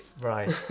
right